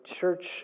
church